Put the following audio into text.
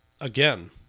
again